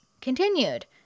continued